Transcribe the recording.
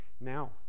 Now